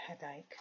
headache